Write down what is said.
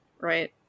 right